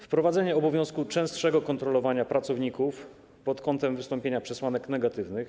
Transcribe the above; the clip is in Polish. Wprowadzono obowiązek częstszego kontrolowania pracowników pod kątem wystąpienia przesłanek negatywnych.